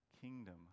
kingdom